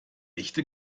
echte